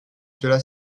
cela